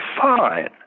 fine